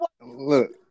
look